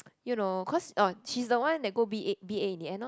you know cause uh she's the one that go b_a b_a in the end orh